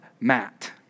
Matt